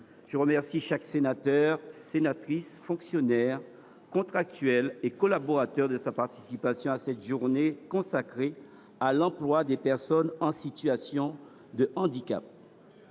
Je remercie chaque sénateur, sénatrice, fonctionnaire, contractuel et collaborateur de sa participation à cette journée consacrée à l’emploi des personnes en situation de handicap.